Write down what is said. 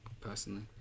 personally